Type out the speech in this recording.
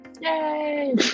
Yay